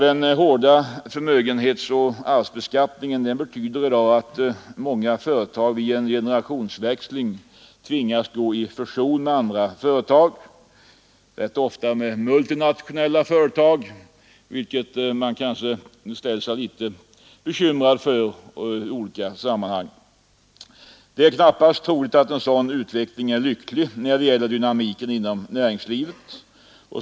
Den hårda förmögenhetsoch arvsbeskattningen betyder i dag att många företagare vid generationsväxling tvingas gå i fusion med andra företag — rätt ofta multinationella företag — vilket kanske kan vara bekymmersamt i olika sammanhang. Det är knappast troligt att en sådan utveckling är lycklig när det gäller dynamiken inom näringslivet.